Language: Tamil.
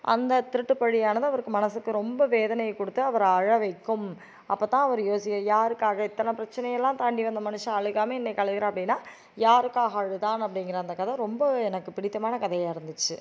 அந்த திருட்டுப்பழியானது அவருக்கு மனசுக்கு ரொம்ப வேதனையை கொடுத்து அவரை அழவைக்கும் அப்போத்தான் அவரு யோசி யாருக்காக இத்தனை பிரச்சனை எல்லாம் தாண்டி வந்த மனுஷன் அழுகாம இன்னைக்கு அழுகுறாப்டின்னா யாருக்காக அழதான் அப்படிங்கிற அந்த கதை ரொம்ப எனக்கு பிடித்தமான கதையாக இருந்துச்சு